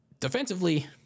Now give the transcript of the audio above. Defensively